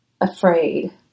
afraid